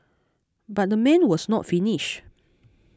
but the man was not finished